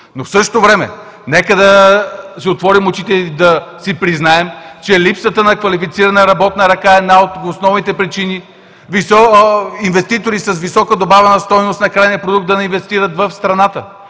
Но в същото време нека да си отворим очите и да си признаем, че липсата на квалифицирана работна ръка е една от основните причини инвеститори с висока добавена стойност на крайния продукт да не инвестират в страната.